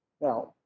Now